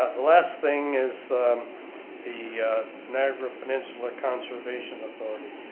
ah the last thing is the niagara peninsula conservation authority.